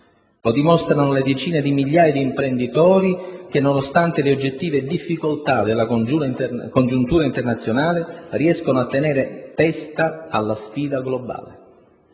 Lo dimostrano le decine di migliaia di imprenditori che, nonostante le oggettive difficoltà della congiuntura internazionale, riescono a tenere testa alla sfida globale.